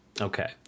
okay